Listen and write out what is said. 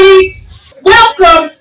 Welcome